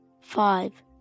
five